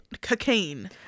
cocaine